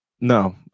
No